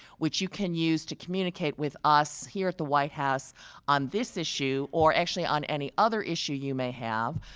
which you can use to communicate with us here at the white house on this issue, or actually on any other issue you may have.